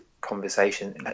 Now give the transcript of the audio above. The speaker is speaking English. conversation